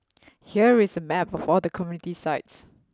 here is a map of all the community sites